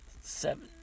seven